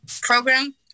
program